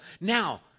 Now